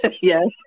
Yes